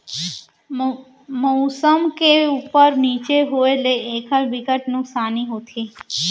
मउसम के उप्पर नीचे होए ले एखर बिकट नुकसानी होथे